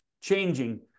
changing